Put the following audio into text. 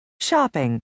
shopping